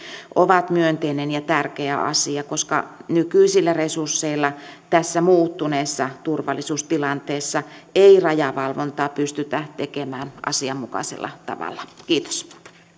ovat myönteinen ja tärkeä asia koska nykyisillä resursseilla tässä muuttuneessa turvallisuustilanteessa ei rajavalvontaa pystytä tekemään asianmukaisella tavalla kiitos